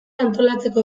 antolatzeko